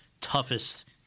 toughest